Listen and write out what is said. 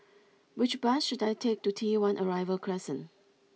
which bus should I take to T one Arrival Crescent